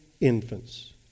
infants